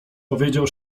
powiedział